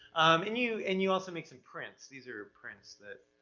um and you, and you also make some prints. these're prints that,